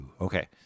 Okay